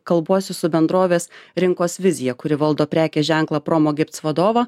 kalbuosi su bendrovės rinkos vizija kuri valdo prekės ženklą promogifts vadovą